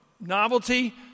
novelty